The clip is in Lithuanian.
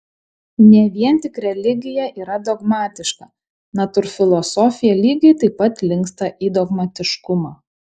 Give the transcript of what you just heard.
ne vien tik religija yra dogmatiška natūrfilosofija lygiai taip pat linksta į dogmatiškumą